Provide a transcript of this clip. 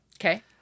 Okay